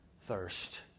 thirst